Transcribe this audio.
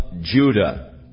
Judah